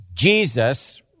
Jesus